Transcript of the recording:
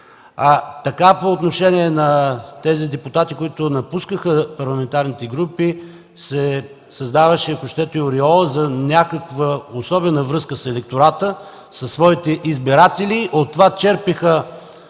Така по отношение на тези депутати, които напускаха парламентарните групи, се създаваше ореол за някаква особена връзка с електората, със своите избиратели. От това черпеха